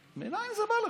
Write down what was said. מנין זה בא לך?